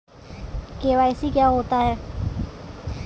KYC क्या होता है?